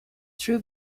true